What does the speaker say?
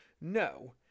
No